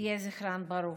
יהי זכרן ברוך.